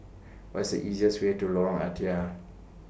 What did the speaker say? What IS The easiest Way to Lorong Ah Thia